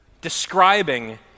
describing